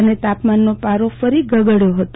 અન તાપમાનનો પારો ફરી ગગડયો હતો